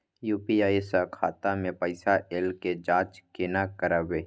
UPI स खाता मे पैसा ऐल के जाँच केने करबै?